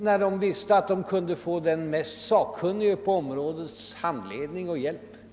Naturligtvis ville de gärna ha handledning och hjälp av den mest sakkunnige på området vid sammanställningen av materialet.